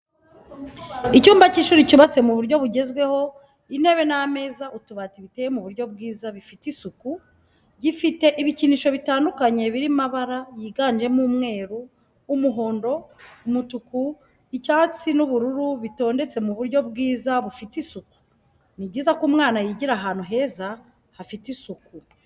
Icyumba cy'ishuri cyubatse mu buryo bugezweho intebe n'ameza utubati biteye mu buryo bwiza bifite isuku, gifite ibikinisho bitandukanye biri mabara yiganjemo umweru, umuhondo, umutuku, icyatsi n'ubururu bitondetse mu buryo bwiza bufite isuku. Ni byiza ko umwana yigira ahantu heza hafite isuku.